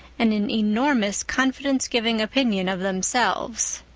and an enormous, confidence-giving opinion of themselves.